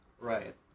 Right